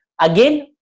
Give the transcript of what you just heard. again